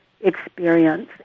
experience